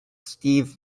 steve